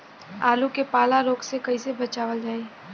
आलू के पाला रोग से कईसे बचावल जाई?